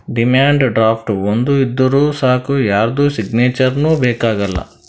demand draft ಒಂದ್ ಇದ್ದೂರ್ ಸಾಕ್ ಯಾರ್ದು ಸಿಗ್ನೇಚರ್ನೂ ಬೇಕ್ ಆಗಲ್ಲ